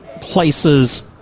places